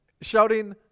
shouting